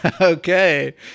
okay